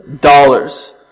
dollars